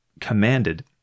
commanded